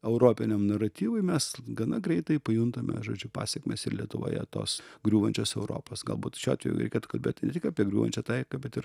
europiniam naratyvui mes gana greitai pajuntame žodžiu pasekmes ir lietuvoje tos griūvančios europos galbūt šiuo atveju reikėtų kalbėti ne tik apie griūvančią taiką bet ir